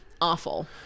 awful